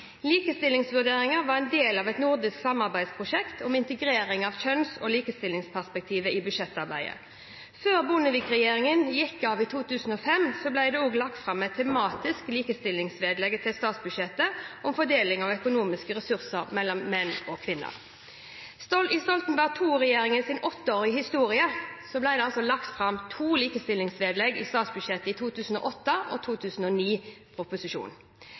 var del av et nordisk samarbeidsprosjekt om integrering av kjønns- og likestillingsperspektivet i budsjettarbeidet. Før Bondevik-regjeringen gikk av i 2005, ble det også lagt fram et tematisk likestillingsvedlegg til statsbudsjettet om fordeling av økonomiske ressurser mellom menn og kvinner. I Stoltenberg II-regjeringens åtteårige historie ble det lagt fram to likestillingsvedlegg til statsbudsjettet, i 2008- og